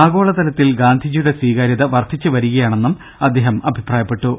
ആഗോളതലത്തിൽ ഗാന്ധിജിയുടെ സ്വീകാര്യത വർധിച്ചു വരികയാ ണെന്നും അദ്ദേഹം അഭിപ്രായപ്പെട്ടു